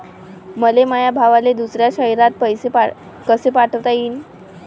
मले माया भावाले दुसऱ्या शयरात पैसे कसे पाठवता येईन?